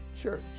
Church